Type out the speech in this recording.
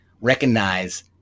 recognize